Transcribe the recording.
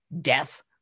death